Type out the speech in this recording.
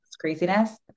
craziness